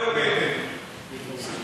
אחמד, אתה יכול להציע לבטל את הריסת הבתים.